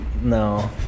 No